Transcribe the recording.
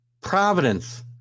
Providence